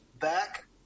back